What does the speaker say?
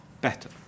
better